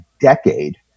decade